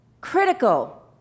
critical